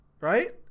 right